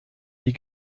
die